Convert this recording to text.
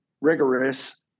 Rigorous